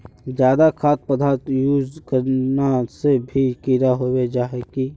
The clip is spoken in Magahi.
ज्यादा खाद पदार्थ यूज करना से भी कीड़ा होबे जाए है की?